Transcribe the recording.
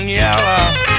yellow